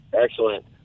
Excellent